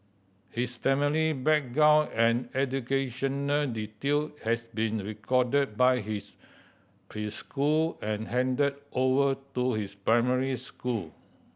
his family background and educational detail has been recorded by his preschool and handed over to his primary school